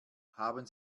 haben